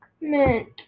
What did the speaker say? mint